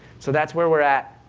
so that's where we're at,